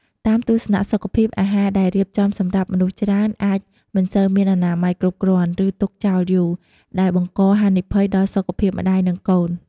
តាមទស្សនៈសុខភាព អាហារដែលរៀបចំសម្រាប់មនុស្សច្រើនអាចមិនសូវមានអនាម័យគ្រប់គ្រាន់ ឬទុកចោលយូរ ដែលបង្កហានិភ័យដល់សុខភាពម្តាយ និងកូន។